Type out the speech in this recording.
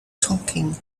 talking